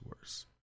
worse